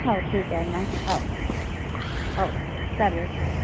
हो ठीक आहे ना हो हो चालेल चालेल